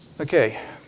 Okay